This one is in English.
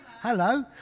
Hello